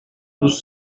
nous